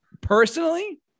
Personally